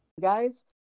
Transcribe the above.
guys